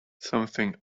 something